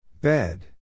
Bed